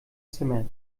zimmer